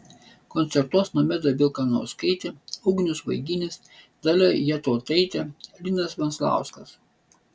koncertuos nomeda vilkanauskaitė ugnius vaiginis dalia jatautaitė linas venclauskas